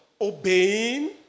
obeying